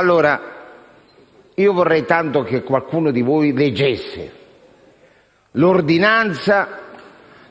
l'esame. Vorrei tanto che qualcuno di voi leggesse l'ordinanza